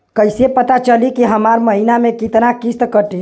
कईसे पता चली की हमार महीना में कितना किस्त कटी?